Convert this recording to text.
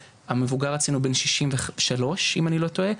המבוגר אצלנו בן ששים ושלוש אם אני לא טועה.